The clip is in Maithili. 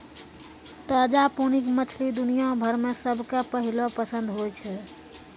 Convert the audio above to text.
ताजा पानी के मछली दुनिया भर मॅ सबके पहलो पसंद होय छै